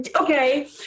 okay